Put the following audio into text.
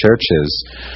churches